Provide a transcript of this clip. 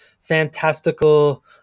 fantastical